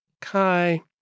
kai